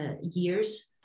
years